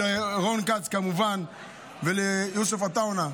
לרון כץ כמובן וליוסף עטאונה,